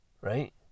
right